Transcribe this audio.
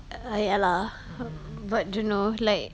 ah ya lah but you know like